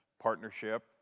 partnership